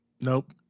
Nope